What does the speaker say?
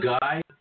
guy